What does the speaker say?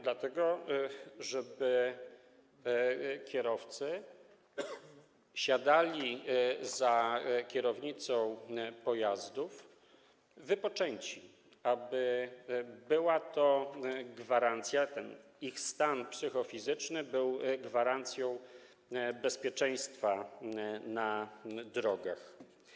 Dlatego żeby kierowcy siadali za kierownicą pojazdu wypoczęci, aby była to gwarancja, aby ich stan psychofizyczny był gwarancją bezpieczeństwa na drogach.